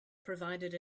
provided